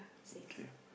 okay